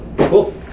Cool